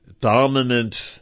dominant